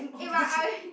eh but I